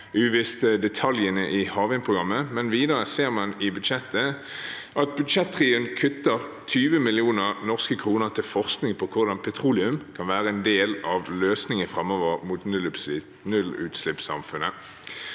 opp, og detaljene i havvindprogrammet er uvisse, men videre ser man i budsjettet at budsjettrioen kutter 20 mill. kr til forskning på hvordan petroleum kan være en del av løsningen framover mot nullutslippssamfunnet.